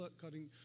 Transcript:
cutting